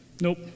nope